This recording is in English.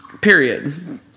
Period